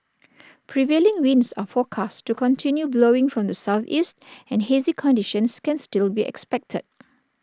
prevailing winds are forecast to continue blowing from the Southeast and hazy conditions can still be expected